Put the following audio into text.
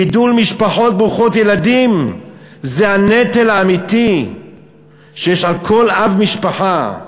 גידול משפחות ברוכות ילדים זה הנטל האמיתי שיש על כל אב משפחה.